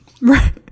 Right